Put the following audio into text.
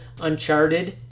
Uncharted